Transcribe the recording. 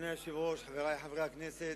אדוני היושב-ראש, חברי חברי הכנסת,